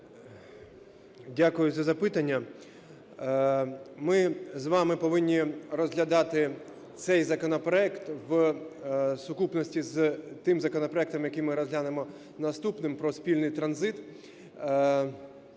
Дякую за запитання. Ми з вами повинні розглядати цей законопроект в сукупності з тим законопроектом, який ми розглянемо наступним, про спільний транзит.